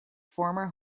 former